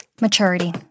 Maturity